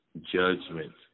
judgment